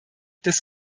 des